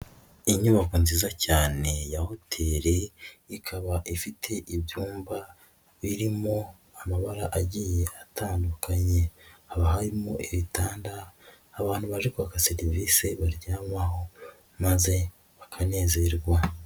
Inyubako nziza cyane ya hoteli, ikaba ifite ibyumba birimo amabara agiye atandukanye, haba harimo ibitanda, abantu baje kwaka serivisi baryamaho maze bakanezerwa.